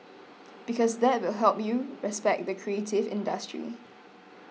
because that will help you respect the creative industry